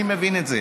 אני מבין את זה.